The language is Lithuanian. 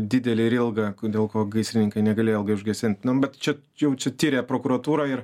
didelį ir ilgą dėl ko gaisrininkai negalėjo užgesint bet čia jau čia tiria prokuratūra ir